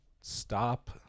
stop